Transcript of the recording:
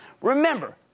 Remember